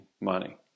money